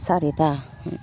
सारिथा